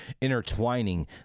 intertwining